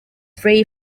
free